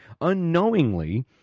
unknowingly